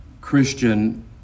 Christian